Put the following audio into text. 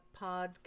podcast